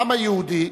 העם היהודי